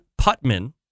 Putman